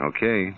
Okay